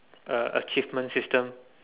uh achievement system